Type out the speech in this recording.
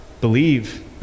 Believe